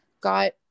got